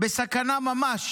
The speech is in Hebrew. בסכנה ממש"